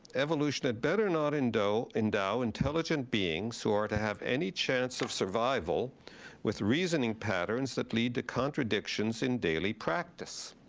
evolution had better not endow endow intelligent beings who are to have any chance of survival with reasoning patterns that lead to contradictions in daily practice.